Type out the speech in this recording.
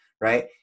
right